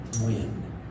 win